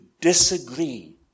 disagree